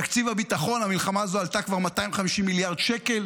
תקציב הביטחון המלחמה הזו עלתה כבר 250 מיליארד שקל